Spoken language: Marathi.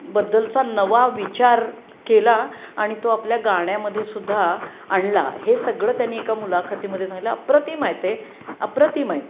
बद्दलचा नवा विचार केला आणि तो आपल्या गाण्यामध्ये सुद्धा आणला हे सगळं त्यांनी एका मुलाखामध्ये सांगितलं अप्रतिम आहे ते अप्रतिम आहे